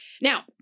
Now